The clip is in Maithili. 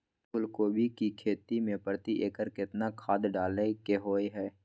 फूलकोबी की खेती मे प्रति एकर केतना खाद डालय के होय हय?